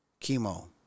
chemo